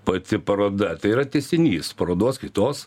pati paroda tai yra tęsinys parodos kitos